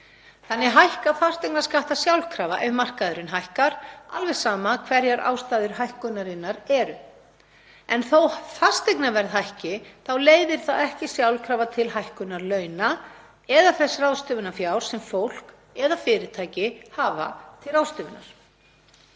Þannig hækka fasteignaskattar sjálfkrafa ef markaðurinn hækkar, alveg sama hverjar ástæður hækkunarinnar eru. Þó að fasteignaverð hækki þá leiðir það ekki sjálfkrafa til hækkunar launa eða þess fjár sem fólk eða fyrirtæki hafa til ráðstöfunar.